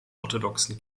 orthodoxen